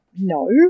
No